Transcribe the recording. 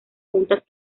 juntas